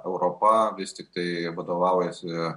europa vis tiktai vadovaujasi